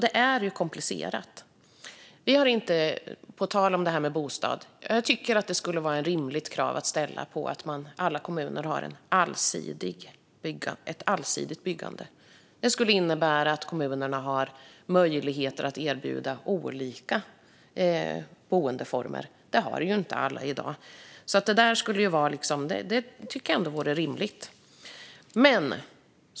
Det är alltså komplicerat. På tal om det här med bostäder tycker jag att det skulle vara ett rimligt krav att ställa på alla kommuner att ha ett allsidigt byggande. Det skulle innebära att kommunerna har möjlighet att erbjuda olika boendeformer, vilket inte alla har i dag.